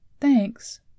Thanks